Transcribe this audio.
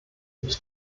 ich